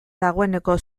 dagoeneko